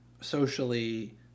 socially